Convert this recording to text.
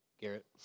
Garrett